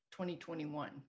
2021